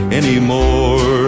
anymore